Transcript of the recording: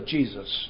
Jesus